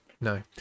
No